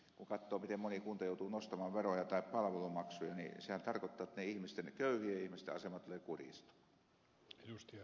kun katsoo miten moni kunta joutuu nostamaan veroja tai palvelumaksuja niin sehän tarkoittaa että niiden köyhien ihmisten asema tulee kurjistumaan